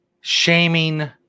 shaming